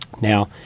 now